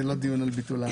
זה לא דיון על ביטול האמנה.